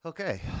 Okay